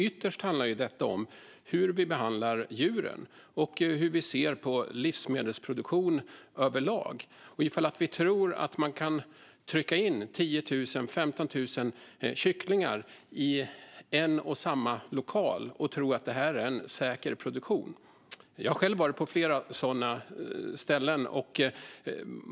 Ytterst handlar detta om hur vi behandlar djuren och hur vi ser på livsmedelsproduktion överlag och ifall vi tycker att man kan trycka in 10 000 eller 15 000 kycklingar i en och samma lokal och tro att det är en säker produktion. Jag har själv varit på flera sådana ställen.